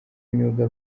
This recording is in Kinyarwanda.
imyuga